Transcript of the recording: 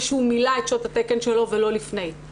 שהוא מילא את שעות התקן שלו ולא לפני.